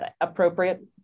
appropriate